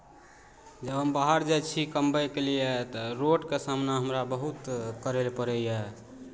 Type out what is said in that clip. जे हम बाहर जाइ छी कमबैके लिए तऽ रोडके सामना हमरा बहुत करय लए पड़ैए